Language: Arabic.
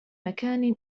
مكان